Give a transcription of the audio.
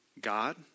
God